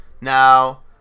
Now